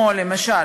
למשל,